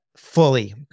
fully